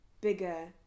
bigger